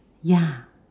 ya